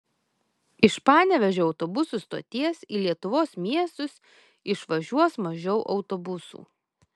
iš panevėžio autobusų stoties į lietuvos miestus išvažiuos mažiau autobusų